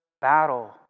battle